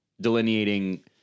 delineating